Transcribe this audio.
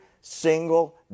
single